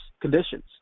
conditions